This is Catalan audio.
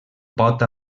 pot